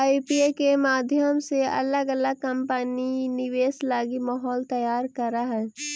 IPO के माध्यम से अलग अलग कंपनि निवेश लगी माहौल तैयार करऽ हई